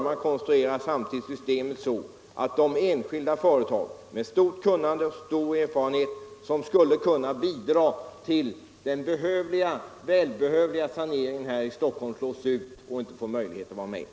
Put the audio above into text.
Man konstruerar samtidigt systemet så att de enskilda företag med stort kunnande och stor erfarenhet som skulle kunna bidra till den välbehövliga saneringen här i Stockholm slås ut och inte får vara med. Varför?